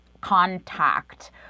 Contact